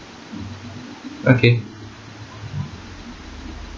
okay